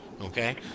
Okay